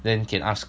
then can ask